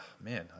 man